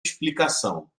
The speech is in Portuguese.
explicação